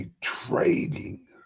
trading